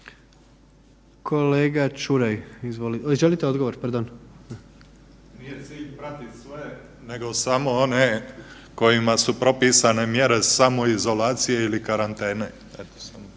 odgovor? **Mihotić, Tomislav** Nije cilj pratit sve nego samo one kojima su propisane mjere samoizolacije ili karantene.